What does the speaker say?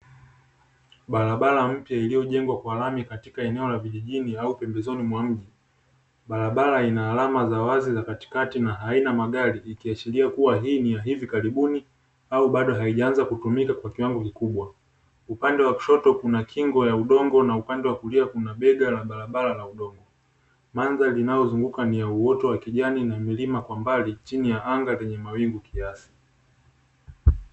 Barabara mpya iliyojengwa kwa rangi katika eneo la vijijini au pembezoni mwa mji, barabara ina alama za wazi za katikati na haina magari, ikiashiria kuwa hii ni ya hivi karibuni au bado haijaanza kutumika kwa kiwango kikubwa, upande wa kushoto kuna kingo ya udongo na upande wa kulia kuna bega la barabara la udongo, mandhari inayozunguuka ni ya uoto wa kijani na milima kwa mbali chini ya anga yenye mawingu kiasi.